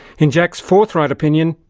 in jack's forthright opinion,